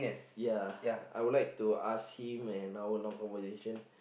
ya I would like to ask him an hour long conversation